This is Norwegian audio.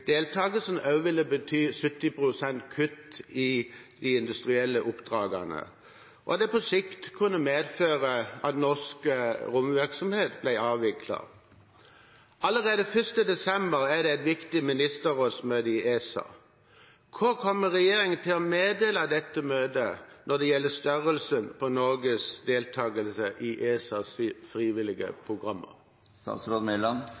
ville bety 70 pst. kutt i de industrielle oppdragene, og at det på sikt kunne medføre at norsk romvirksomhet ble avviklet. Allerede 1. desember er det et viktig ministerrådsmøte i ESA. Hva kommer regjeringen til å meddele på dette møtet når det gjelder størrelsen på Norges deltakelse i ESAs frivillige